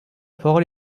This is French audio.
parole